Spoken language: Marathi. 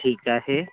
ठीक आहे